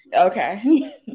Okay